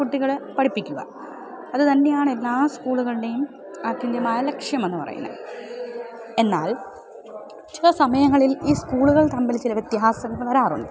കുട്ടികളെ പഠിപ്പിക്കുക അത് തന്നെയാണ് എല്ലാ സ്കൂളുകളുടെയും അത്യന്തികമായ ലക്ഷ്യം എന്ന് പറയുന്നത് എന്നാൽ ചില സമയങ്ങളിൽ ഈ സ്കൂളുകൾ തമ്മിൽ ചില വ്യത്യാസങ്ങൾ വരാറുണ്ട്